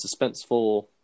suspenseful